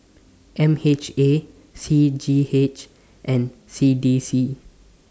M H A C G H and C D C